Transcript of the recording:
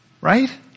right